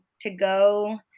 to-go